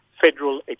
federal